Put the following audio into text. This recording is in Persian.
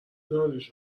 داریوش